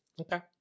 Okay